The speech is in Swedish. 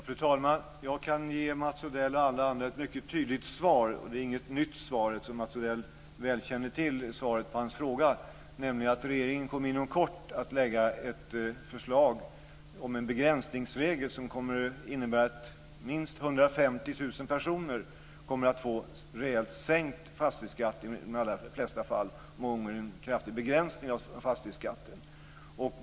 Fru talman! Jag kan ge Mats Odell och alla andra ett mycket tydligt svar. Det är inget nytt svar. Mats Odell känner väl till svaret på frågan. Regeringen kommer inom kort att lägga ett förslag om en begränsningsregel som kommer att innebära att minst 150 000 personer kommer att få rejält sänkt fastighetsskatt i de allra flesta fall och många gånger en kraftig begränsning av fastighetsskatten.